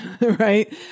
Right